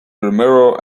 mirror